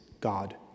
God